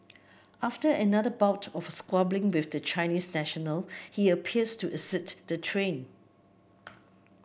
after another bout of squabbling with the Chinese national he appears to exit the train